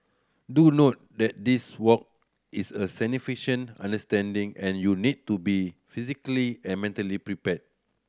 do note that this walk is a undertaking and you need to be physically and mentally prepared